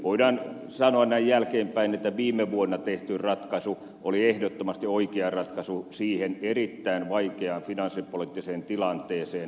voidaan sanoa näin jälkeenpäin että viime vuonna tehty ratkaisu oli ehdottomasti oikea ratkaisu siinä erittäin vaikeassa finanssipoliittisessa tilanteessa